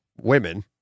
women